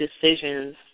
decisions